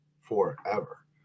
forever